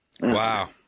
Wow